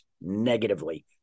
negatively